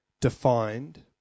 defined